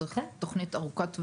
צריך תוכנית ארוכת טווח.